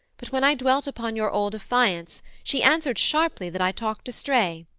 but when i dwelt upon your old affiance, she answered sharply that i talked astray.